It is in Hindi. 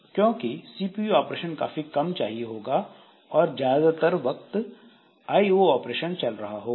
क्योंकि सीपीयू ऑपरेशन काफी कम चाहिए होगा और ज्यादातर वक्त आईओ ऑपरेशन चल रहा होगा